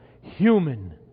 human